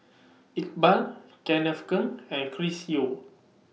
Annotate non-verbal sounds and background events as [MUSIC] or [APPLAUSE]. [NOISE] Iqbal Kenneth Keng and Chris Yeo